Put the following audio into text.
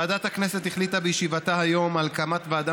ועדת הכנסת החליטה בישיבתה היום על הקמת ועדה